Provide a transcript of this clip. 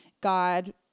God